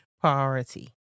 priority